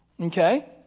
okay